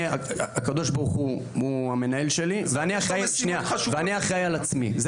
הקדוש ברוך ה' הוא המנהל שלי ואני אחראי על עצמי.